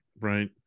right